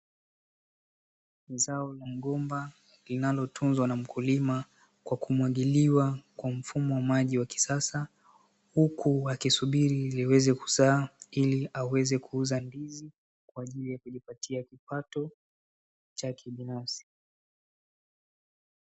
Zao la migomba linalotunzwa na mkulima kwa kumwagiliwa kwa mfumo wa maji wa kisasa, huku wakisubiri liweze kuuza ili aweze kuuza ndizi kwa ajili ya kujipatia kipato chake kibinafsi.